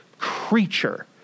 creature